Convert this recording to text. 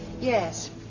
Yes